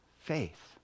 faith